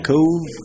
Cove